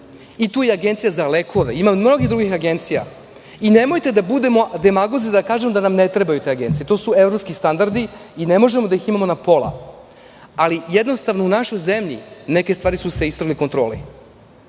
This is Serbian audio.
je Agencija za lekove. Ima i mnogo drugih agencija i nemojte da budemo demagozi da kažemo da nam ne trebaju te agencije. To su evropski standardi i ne možemo da ih imamo na pola. Ali, jednostavno u našoj zemlji neke stvari su se istrgle kontroli